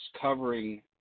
covering